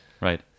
Right